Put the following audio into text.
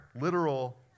literal